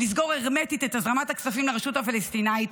לסגור הרמטית את הזרמת הכספים לרשות הפלסטינית,